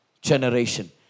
generation